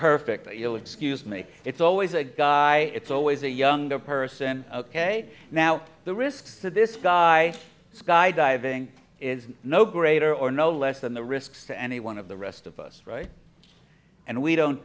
perfect you'll excuse me it's always a guy it's always a younger person ok now the risks that this guy skydiving is no greater or no less than the risks to any one of the rest of us right and we don't